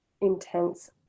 intense